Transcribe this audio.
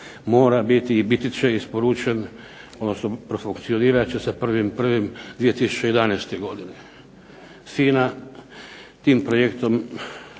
mora biti i biti će isporučen, odnosno profunkcionirat će sa 1. 1. 2011. godine. FINA tim projektom